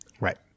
Right